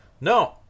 no